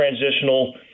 transitional